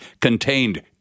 contained